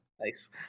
Nice